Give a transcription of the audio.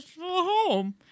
home